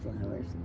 Flowers